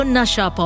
Nasha